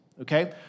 okay